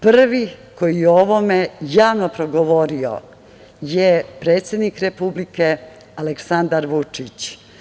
Prvi koji je o ovome javno progovorio je predsednik Republike Aleksandar Vučić.